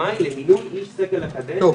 הדוגמה למינוי איש סגל אקדמי